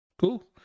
cool